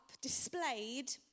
displayed